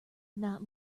not